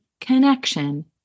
connection